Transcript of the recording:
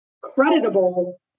creditable